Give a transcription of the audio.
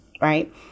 right